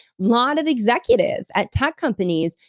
lot of executives at tech companies,